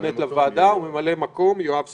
מתמנה לוועדה, וממלא מקום יואב סגלוביץ'.